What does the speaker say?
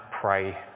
pray